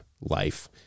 life